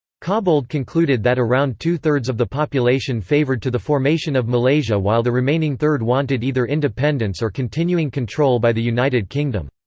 cobbold concluded that around two thirds of the population favoured to the formation of malaysia while the remaining third wanted either independence or continuing control by the united kingdom.